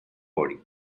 body